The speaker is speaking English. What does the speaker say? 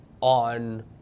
on